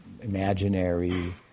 imaginary